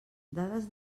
dades